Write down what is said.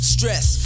Stress